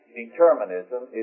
determinism